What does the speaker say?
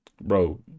Bro